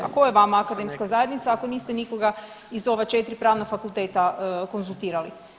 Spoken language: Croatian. A tko je vama akademska zajednica ako niste nikoga iz ova četiri pravna fakulteta konzultirali?